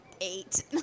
eight